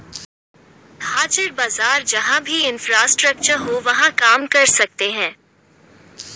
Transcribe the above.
हाजिर बाजार जहां भी इंफ्रास्ट्रक्चर हो वहां काम कर सकते हैं